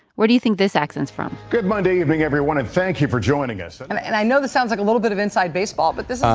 where do you think this accent's from? good monday evening, everyone. and thank you for joining us. and and i know this sounds like a little bit of inside baseball, but this um